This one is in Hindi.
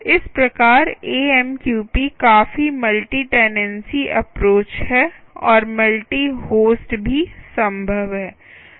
इस प्रकार एएमक्यूपी काफी मल्टी टेनेंसी एप्रोच है और मल्टी होस्ट भी संभव है